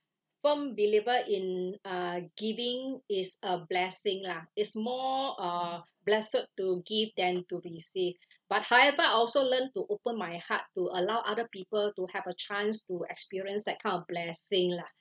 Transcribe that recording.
firm believer in uh giving is a blessing lah it's more uh blessed to give than to receive but however I also learn to open my heart to allow other people to have a chance to experience that kind of blessing lah